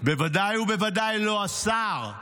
ודאי ובוודאי לא השר.